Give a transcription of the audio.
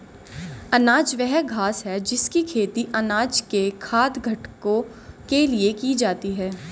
अनाज वह घास है जिसकी खेती अनाज के खाद्य घटकों के लिए की जाती है